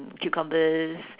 cucumbers